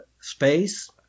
space